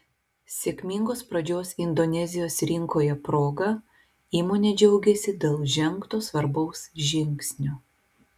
sėkmingos pradžios indonezijos rinkoje proga įmonė džiaugiasi dėl žengto svarbaus žingsnio